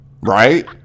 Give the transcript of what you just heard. right